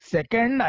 Second